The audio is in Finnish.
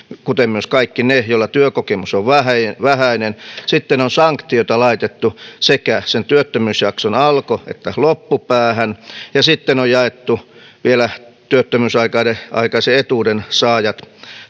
kuten myös kaikki ne joilla työkokemus on vähäinen vähäinen sitten on sanktioita laitettu sekä sen työttömyysjakson alku että loppupäähän ja sitten on jaettu vielä työttömyysaikaisen etuuden saajat